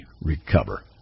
recover